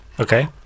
Okay